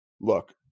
look